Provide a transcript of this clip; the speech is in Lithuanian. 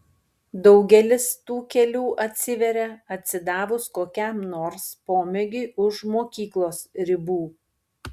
daugelis tų kelių atsiveria atsidavus kokiam nors pomėgiui už mokyklos ribų